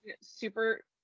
super